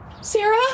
Sarah